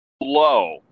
low